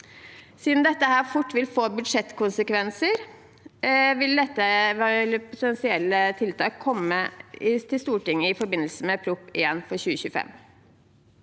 Siden dette fort vil få budsjettkonsekvenser, vil potensielle tiltak komme til Stortinget i forbindelse med Prop. 1 S for 2025.